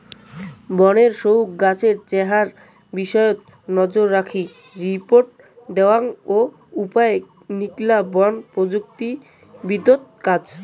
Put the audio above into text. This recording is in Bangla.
বনের সউগ্ গছের দেহার বিষয়ত নজররাখি রিপোর্ট দ্যাওয়াং ও উপায় নিকলা বন প্রযুক্তিবিদত কাজ